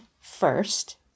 first